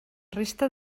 resta